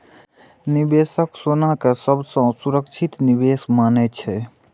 निवेशक सोना कें सबसं सुरक्षित निवेश मानै छै